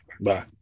Bye